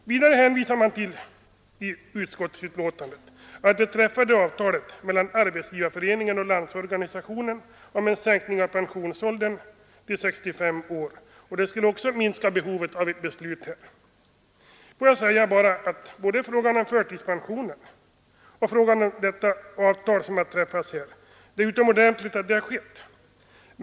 Vidare hänvisar man i utskottsbetänkandet till det träffade avtalet mellan Arbetsgivareföreningen och Landsorganisationen om en sänkning av pensionsåldern till 65 år, som också skulle minska behovet av ett riksdagsbeslut. Låt mig säga att det är utomordentligt både att bestämmelserna om förtidspensionering och avtalet mellan Landsorganisationen och Arbetsgivareföreningen kommit till stånd.